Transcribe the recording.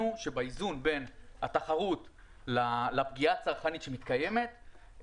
שבאיזון בין התחרות לפגיעה הצרכנית שמתקיימת,